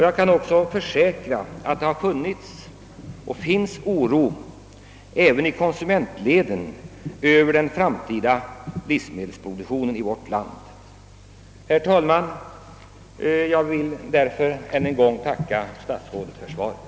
Jag kan försäkra att det har funnits och finns oro även i konsumentleden över den framtida livsmedelsproduktionen i vårt land. Herr talman! Jag vill därför än en gång tacka statsrådet för svaret.